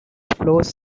flows